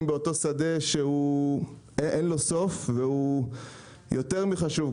באותו שדה שאין לו סוף והוא יותר מחשוב,